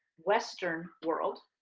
western world,